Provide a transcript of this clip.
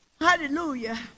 Hallelujah